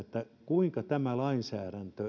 kuinka tämä lainsäädäntö